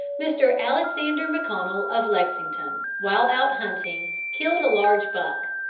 mr. alexander mcconnel of lexington, while out hunting, killed a large buck.